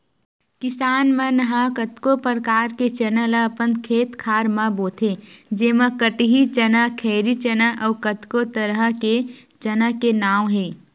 किसान मन ह कतको परकार के चना ल अपन खेत खार म बोथे जेमा कटही चना, खैरी चना अउ कतको तरह के चना के नांव हे